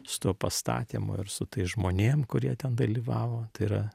su tuo pastatymu ir su tais žmonėm kurie ten dalyvavo tai yra